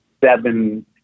seven